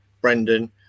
Brendan